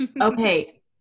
Okay